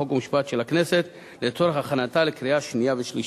חוק ומשפט של הכנסת לצורך הכנתה לקריאה שנייה ושלישית.